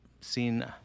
Seen